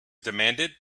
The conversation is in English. demanded